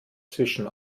zwischen